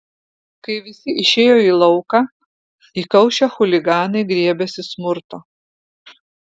kai visi išėjo į lauką įkaušę chuliganai griebėsi smurto